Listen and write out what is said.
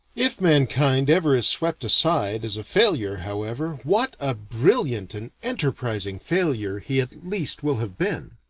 if mankind ever is swept aside as a failure however, what a brilliant and enterprising failure he at least will have been.